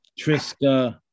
Triska